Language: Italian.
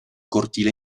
cortile